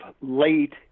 late